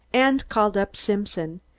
and called up simpson.